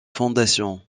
fondation